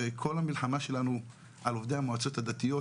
הרי כל המלחמה שלנו על עובדי המועצות הדתיות